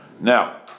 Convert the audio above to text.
Now